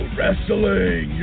Wrestling